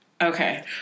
Okay